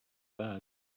bad